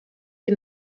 die